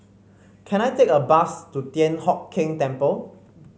can I take a bus to Thian Hock Keng Temple